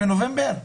בנובמבר?